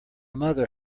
mother